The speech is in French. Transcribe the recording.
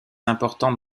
importante